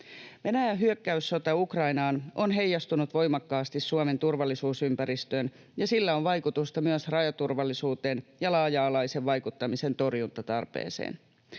Venäjän hyökkäyssota Ukrainaan on heijastunut voimakkaasti Suomen turvallisuusympäristöön, ja sillä on vaikutusta myös rajaturvallisuuteen ja laaja-alaisen vaikuttamisen torjuntatarpeeseen.